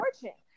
fortune